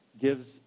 gives